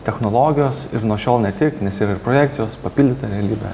technologijos ir nuo šiol ne tik nes yra ir projekcijos papildyta realybė